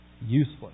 useless